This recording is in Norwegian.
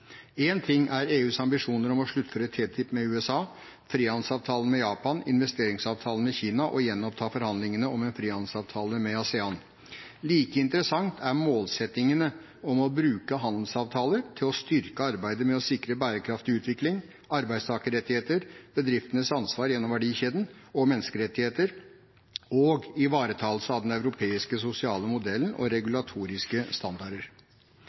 ting er EUs ambisjoner om å sluttføre TTIP med USA, frihandelsavtalen med Japan, investeringsavtalen med Kina og gjenoppta forhandlingene om en frihandelsavtale med ASEAN. Like interessant er målsettingene om å bruke handelsavtaler til å styrke arbeidet med å sikre bærekraftig utvikling, arbeidstakerrettigheter, bedriftenes ansvar gjennom verdikjeden og menneskerettigheter – og ivaretakelse av den europeiske sosiale modellen og regulatoriske standarder.